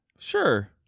Sure